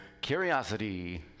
Curiosity